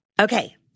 Okay